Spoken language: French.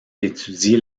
d’étudier